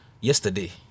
yesterday